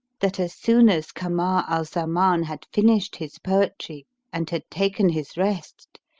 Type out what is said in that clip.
that as soon as kamar al-zaman had finished his poetry and had taken his rest,